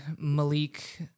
Malik